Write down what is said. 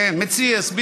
כן, מציעס.